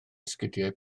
esgidiau